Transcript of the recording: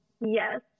Yes